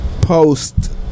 Post